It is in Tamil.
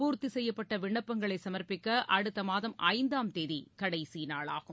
பூர்த்திசெய்யப்பட்டவிண்ணப்பங்களைசமர்ப்பிக்கஅடுத்தமாதம் ஐந்தாம் தேதிகடைசிநாளாகும்